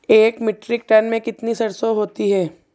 एक metric tonne में कितनी सरसों होती है?